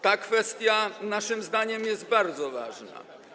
Ta kwestia naszym zdaniem jest bardzo ważna.